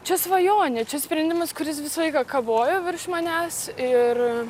čia svajonė čia sprendimas kuris visą laiką kabojo virš manęs ir